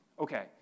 Okay